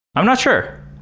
i'm not sure.